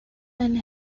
and